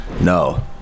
no